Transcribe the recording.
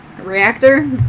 reactor